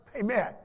Amen